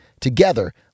Together